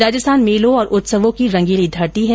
राजस्थान मेलों और उत्सवों की रंगीली धरती है